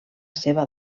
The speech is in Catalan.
seva